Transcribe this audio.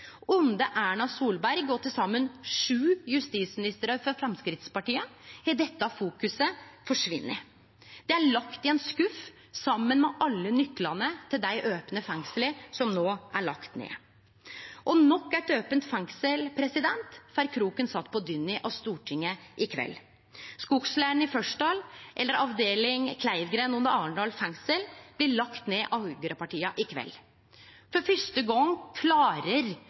Under Erna Solberg og til saman sju justisministrar frå Framstegspartiet har dette fokuset forsvunne. Det er lagt i ein skuff, saman med alle nyklane til dei opne fengsla som no er lagde ned. Nok eit ope fengsel får kroken sett på døra av Stortinget i kveld. Skogsleiren i Fyresdal, eller avdeling Kleivgrend, under Arendal fengsel, blir lagd ned av høgrepartia i kveld. For fyrste gong